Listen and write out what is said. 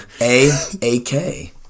A-A-K